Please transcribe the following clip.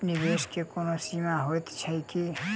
निवेश केँ कोनो सीमा होइत छैक की?